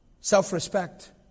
self-respect